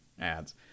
ads